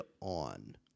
on